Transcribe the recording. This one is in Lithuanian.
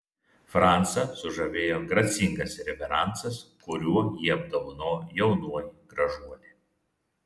francą sužavėjo gracingas reveransas kuriuo jį apdovanojo jaunoji gražuolė